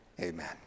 amen